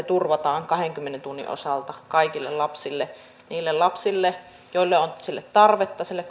turvataan kahdenkymmenen tunnin osalta kaikille lapsille niille lapsille joilla on tarvetta sille